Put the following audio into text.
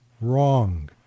wrong